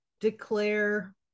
declare